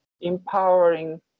empowering